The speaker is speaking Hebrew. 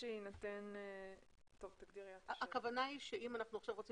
6. הכוונה היא שאם אנחנו עכשיו רוצים